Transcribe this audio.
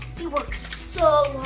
he works so